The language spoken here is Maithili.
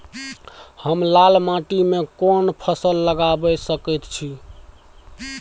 हम लाल माटी में कोन फसल लगाबै सकेत छी?